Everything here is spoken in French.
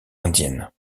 indienne